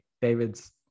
david's